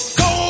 go